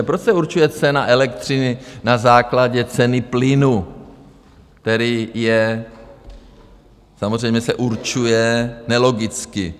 Proč se určuje cena elektřiny na základě ceny plynu, který se samozřejmě určuje nelogicky?